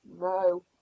No